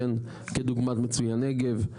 כדוגמת מצוינגב,